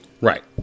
Right